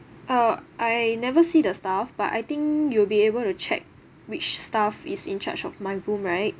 uh I never see the staff but I think you'll be able to check which staff is in charge of my room right